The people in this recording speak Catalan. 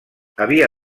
havia